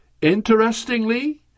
Interestingly